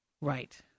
Right